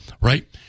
Right